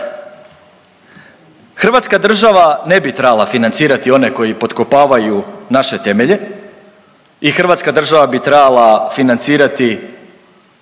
Hrvatska država ne bi trebala financirati one koji potkopavaju naše temelje i Hrvatska država bi trebala financirati